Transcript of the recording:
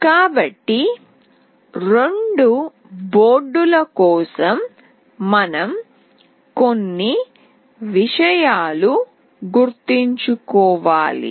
కాబట్టి రెండు బోర్డుల కోసం మనం కొన్ని విషయాలు గుర్తుంచుకోవాలి